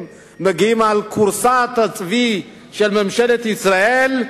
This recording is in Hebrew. מגיעים אל כורסת עור הצבי של ממשלת ישראל,